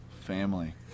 family